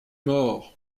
mort